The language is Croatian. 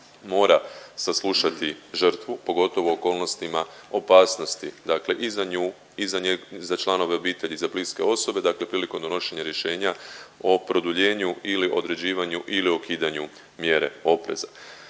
mora saslušati žrtvu pogotovo u okolnostima opasnosti, dakle i za nju i za članove obitelji, za bliske osobe, dakle prilikom donošenja rješenja o produljenju ili određivanju ili ukidanju mjere opreza.